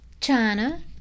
china